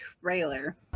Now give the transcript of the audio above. trailer